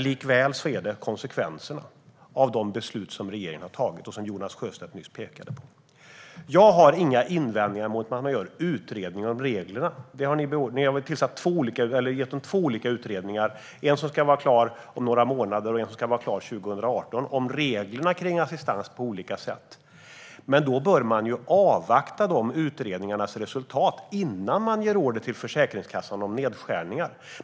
Likväl är det konsekvenserna av de beslut som regeringen har fattat, och som Jonas Sjöstedt nyss pekade på. Jag har inga invändningar mot att man utreder reglerna. Ni har tillsatt två utredningar om reglerna för assistans, en som ska vara klar om några månader och en som ska vara klar 2018. Man bör då avvakta utredningarnas resultat innan man ger order till Försäkringskassan om nedskärningar.